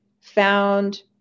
found